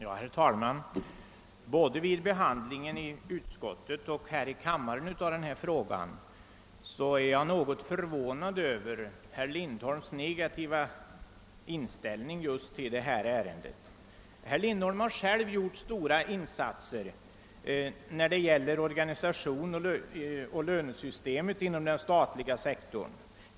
Herr talman! Jag har vid behandlingen av denna fråga både i utskottet och här i kammaren blivit något förvånad över herr Lindholms negativa inställning. Herr Lindholm har själv gjort sto ra insatser när det gäller organisationsoch lönesystemet inom den statliga sektorn.